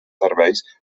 serveis